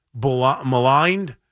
maligned